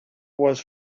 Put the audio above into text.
was